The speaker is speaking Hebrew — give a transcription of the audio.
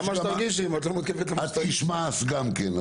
את איש מעש גם כן.